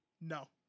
No